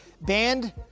Banned